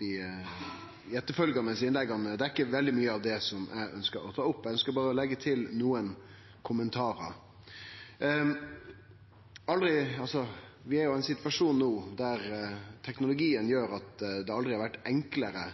dei etterfølgjande innlegga dekkjer veldig mykje av det eg ønskjer å ta opp. Eg ønskjer berre å leggje til nokre kommentarar. Vi er i ein situasjon der teknologien gjer at det aldri har vore enklare,